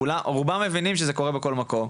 רובם מבינים שזה קורה בכל מקום,